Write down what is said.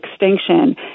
extinction